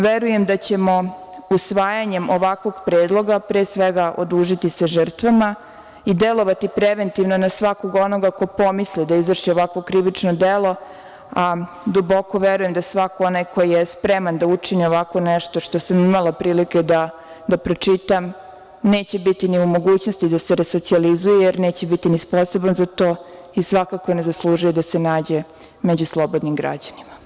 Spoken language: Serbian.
Verujem da ćemo usvajanjem ovakvog predloga, pre svega odužiti se žrtvama i delovati preventivno na svakog onoga ko pomisli da izvrši ovakvo krivično delo, a duboko verujem da svako onaj koji je spreman da učini ovako nešto što sam imala prilike da pročitam, neće biti ni u mogućnosti da se resocijalizuje, jer neće biti ni sposoban za to i svakako ne zaslužuje da se nađe među slobodnim građanima.